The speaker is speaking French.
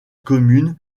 commune